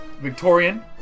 Victorian